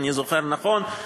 אם אני זוכר נכון,